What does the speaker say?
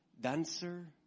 Dancer